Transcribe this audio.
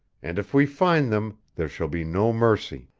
and if we find them there shall be no mercy.